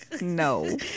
no